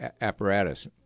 apparatus